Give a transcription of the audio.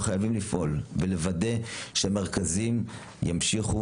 ואנחנו חייבים לפעול ולוודא שהמרכזים ימשיכו